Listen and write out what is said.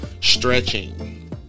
Stretching